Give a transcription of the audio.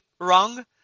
wrong